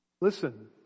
listen